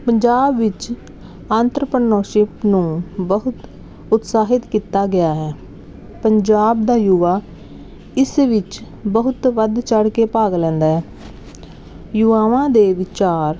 ਪੰਜਾਬ ਵਿੱਚ ਅੰਤਰਪਨੋਰਸ਼ਿਪ ਨੂੰ ਬਹੁਤ ਉਤਸ਼ਾਹਿਤ ਕੀਤਾ ਗਿਆ ਹੈ ਪੰਜਾਬ ਦਾ ਯੁਵਾ ਇਸ ਵਿੱਚ ਬਹੁਤ ਵੱਧ ਚੜ੍ਹ ਕੇ ਭਾਗ ਲੈਂਦਾ ਹੈ ਯੁਵਾਵਾਂ ਦੇ ਵਿਚਾਰ